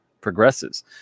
progresses